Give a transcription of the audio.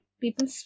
people